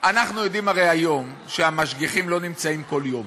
אנחנו הרי יודעים היום שהמשגיחים לא נמצאים כל יום.